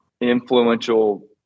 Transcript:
influential